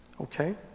Okay